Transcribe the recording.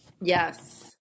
Yes